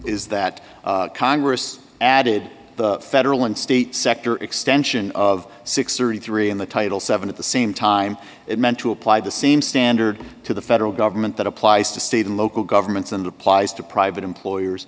is that congress added the federal and state sector extension of six hundred and thirty three in the title seven at the same time it meant to apply the same standard to the federal government that applies to state and local governments and applies to private employers